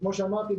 וכמו שאמרתי,